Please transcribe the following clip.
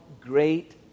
great